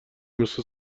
مثل